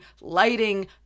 lighting